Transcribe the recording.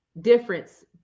difference